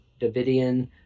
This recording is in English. Davidian